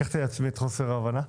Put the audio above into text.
לקחתי על עצמי את חוסר ההבנה.